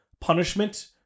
punishment